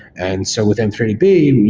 and so with m three d b, and